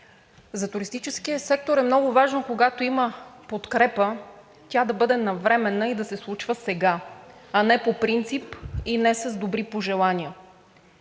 За туристическия сектор е много важно, когато има подкрепа, тя да бъде навременна и да се случва сега, а не по принцип и не с добри пожелания.